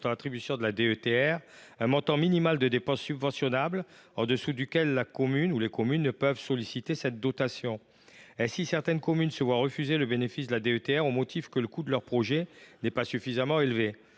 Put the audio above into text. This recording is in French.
attribution de la DETR un montant minimal de dépense subventionnable en deçà duquel les communes ne peuvent solliciter cette dotation. De fait, certaines communes se voient refuser le bénéfice de la DETR au motif que le coût de leur projet n’est pas suffisamment élevé.